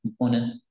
component